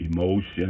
emotion